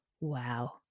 wow